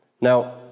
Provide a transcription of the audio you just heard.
Now